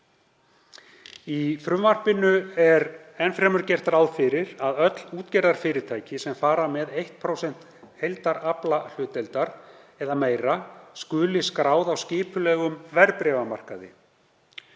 Í frumvarpinu er enn fremur gert ráð fyrir að öll útgerðarfyrirtæki sem fara með 1% heildaraflahlutdeildar eða meira skuli skráð á skipulegum verðbréfamarkaði.